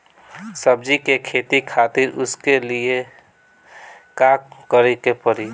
सब्जी की खेती करें उसके लिए का करिके पड़ी?